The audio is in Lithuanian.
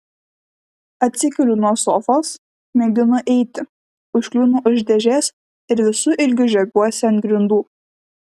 atsikeliu nuo sofos mėginu eiti užkliūnu už dėžės ir visu ilgiu žiebiuosi ant grindų